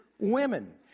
women